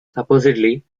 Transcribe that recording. supposedly